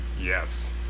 Yes